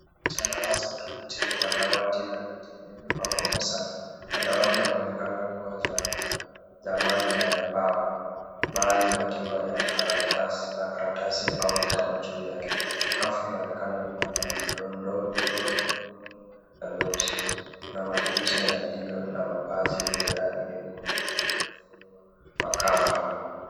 Picha ya darasa tupu chenye madawati na viti vilivyopangwa kwa safu. Madawati yanaonekana kuwa za zamani na ya mbao, baadhi yakiwa na karatasi au vitabu juu yake. Sakafu inaonekana kuwa na mdondo mekundu na meusi. Kuna madirisha yaliyo na mapazia yenye rangi nyekundu yaliyofungwa kwa kamba.